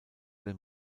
dem